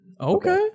Okay